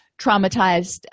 traumatized